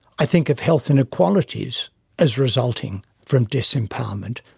i think of health inequalities as resulting from disempowerment.